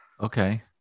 Okay